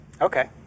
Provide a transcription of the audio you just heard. Okay